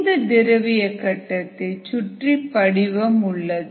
இந்த திரவிய கட்டத்தை சுற்றி படிவம் உள்ளது